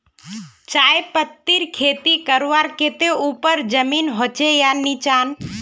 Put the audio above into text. चाय पत्तीर खेती करवार केते ऊपर जमीन होचे या निचान?